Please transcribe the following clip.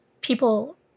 people